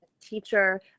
teacher